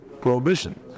prohibition